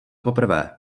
poprvé